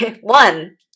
One